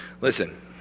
Listen